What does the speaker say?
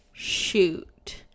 Shoot